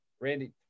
Randy